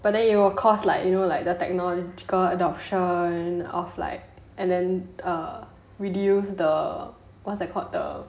but then it will cause like you know like the technological adoption of like and then err reduce the what's that called the